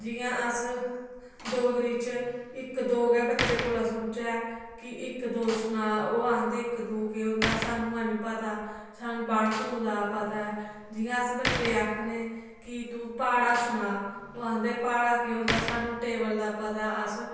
जियां अस डोगरी च इक दो गै बच्चें कोला सुनचै कि इक दो सना ओह् आखदे इक दो केह् होंदा सानूं ऐ निं पता सानूं वन टू दा पता ऐ जियां अस बच्चें गी आखने कि तू प्हाड़ा सना ओह् आखदे प्हाड़ा केह् होंदा सानूं टेबल दा पता ऐ